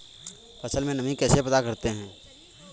फसल में नमी कैसे पता करते हैं?